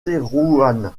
thérouanne